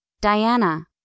Diana